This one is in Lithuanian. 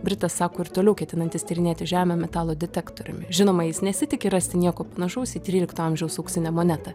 britas sako ir toliau ketinantis tyrinėti žemę metalo detektoriumi žinoma jis nesitiki rasti nieko panašaus į trylikto amžiaus auksinę monetą